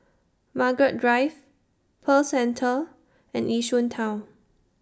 Margaret Drive Pearl Centre and Yishun Town